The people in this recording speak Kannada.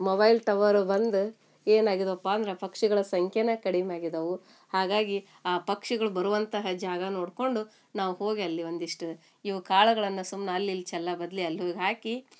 ಮೊಬೈಲ್ ಟವರ್ ಬಂದು ಏನಾಗಿದ್ವಪ್ಪಾಂದ್ರೆ ಪಕ್ಷಿಗಳ ಸಂಖ್ಯೆಯೇ ಕಡಿಮೆ ಆಗಿದವು ಹಾಗಾಗಿ ಆ ಪಕ್ಷಿಗಳು ಬರುವಂತಹ ಜಾಗ ನೋಡ್ಕೊಂಡು ನಾವು ಹೋಗಿ ಅಲ್ಲಿ ಒಂದಿಷ್ಟು ಇವ ಕಾಳುಗಳನ್ನು ಸುಮ್ನ ಅಲ್ಲಿ ಇಲ್ಲಿ ಚಲ್ಲಾಬದ್ಲಿ ಅಲ್ಲಿ ಹೋಯ್ ಹಾಕಿ